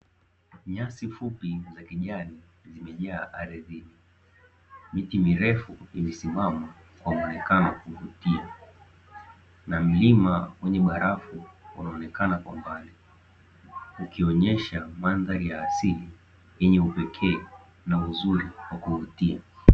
Nyasi fupi za kijani zimejaa ardhini, Miti mirefu imesimama kwamwonekano wa kuvutia na mlima wenye barafu unaonekana kwambali, Ukionesha mandhali ya asili yenye upekee na kuvutia.